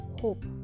hope